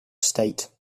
state